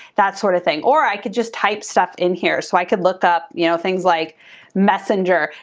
that sort of thing. or i could just type stuff in here so i could look up you know things like messenger.